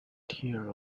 tear